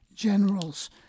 generals